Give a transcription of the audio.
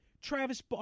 Travis